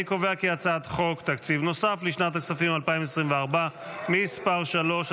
אני קובע כי הצעת חוק תקציב נוסף לשנת הכספים 2024 (מס' 3),